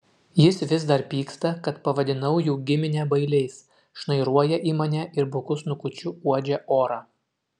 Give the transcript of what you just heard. jis vis dar pyksta kad pavadinau jų giminę bailiais šnairuoja į mane ir buku snukučiu uodžia orą